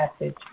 message